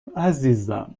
عزیزم